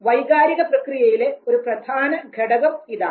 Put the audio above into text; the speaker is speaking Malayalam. വൈകാരിക പ്രക്രിയയിലെ ഒരു പ്രധാന ഘടകം ഇതാണ്